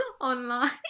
online